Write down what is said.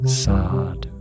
sad